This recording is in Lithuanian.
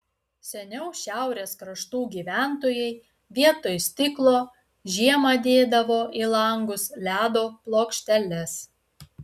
seniau šiaurės kraštų gyventojai vietoj stiklo žiemą dėdavo į langus ledo plokšteles